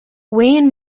wayne